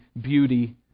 beauty